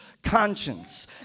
conscience